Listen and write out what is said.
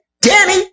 Danny